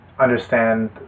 understand